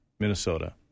Minnesota